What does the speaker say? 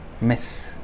miss